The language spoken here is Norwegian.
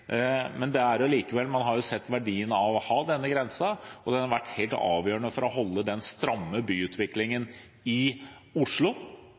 men man har jo sett verdien av å ha denne grensen. Den har vært helt avgjørende for å holde den stramme byutviklingen i Oslo,